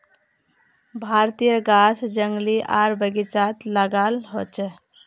भारतेर गाछ जंगली आर बगिचात लगाल होचे